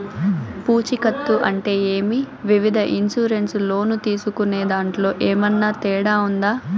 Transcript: పూచికత్తు అంటే ఏమి? వివిధ ఇన్సూరెన్సు లోను తీసుకునేదాంట్లో ఏమన్నా తేడా ఉందా?